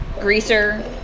greaser